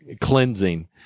cleansing